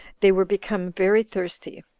they were become very thirsty